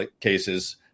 cases